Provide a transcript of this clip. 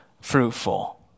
fruitful